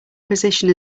position